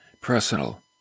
personal